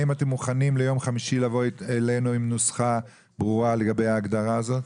האם אתם מוכנים לבוא ביום חמישי אלינו עם נוסחה ברורה לגבי ההגדרה הזאת?